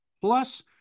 plus